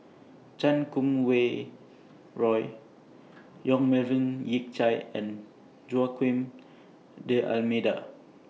Chan Kum Wei Roy Yong Melvin Yik Chye and Joaquim D'almeida